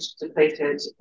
depleted